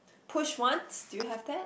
push once do you have that